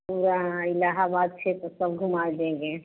पूरा हाँ इलाहाबाद क्षेत्र सब घुमा देंगे